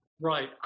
Right